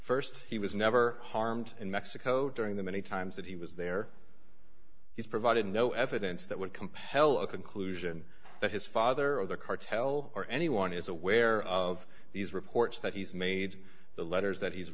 speculative st he was never harmed in mexico during the many times that he was there he's provided no evidence that would compel a conclusion that his father of the cartel or anyone is aware of these reports that he's made the letters that he's